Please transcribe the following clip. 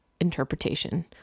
interpretation